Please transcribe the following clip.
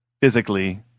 physically